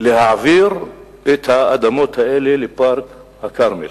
להעביר את האדמות האלה לפארק הכרמל.